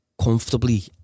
comfortably